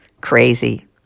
crazy